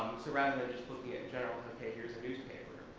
surrounded by just looking at general, okay, here's a newspaper,